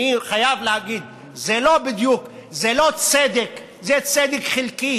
אני חייב להגיד: זה לא צדק, זה צדק חלקי,